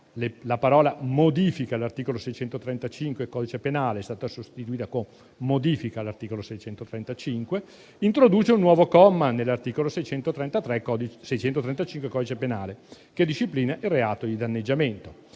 (la parola «modifica» all'articolo 635 del codice penale è stata sostituita con «modifiche»), introduce un nuovo comma nell'articolo 635 del codice penale, che disciplina il reato di danneggiamento,